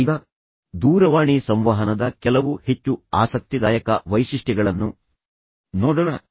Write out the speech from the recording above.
ಈಗ ದೂರವಾಣಿ ಸಂವಹನದ ಕೆಲವು ಹೆಚ್ಚು ಆಸಕ್ತಿದಾಯಕ ವೈಶಿಷ್ಟ್ಯಗಳನ್ನು ನೋಡೋಣ